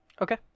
okay